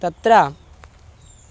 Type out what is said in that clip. तत्र